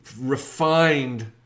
refined